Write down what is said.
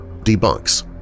debunks